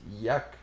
yuck